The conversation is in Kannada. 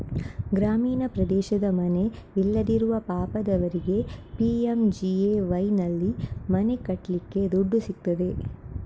ಗ್ರಾಮೀಣ ಪ್ರದೇಶದ ಮನೆ ಇಲ್ಲದಿರುವ ಪಾಪದವರಿಗೆ ಪಿ.ಎಂ.ಜಿ.ಎ.ವೈನಲ್ಲಿ ಮನೆ ಕಟ್ಲಿಕ್ಕೆ ದುಡ್ಡು ಸಿಗ್ತದೆ